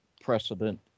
precedent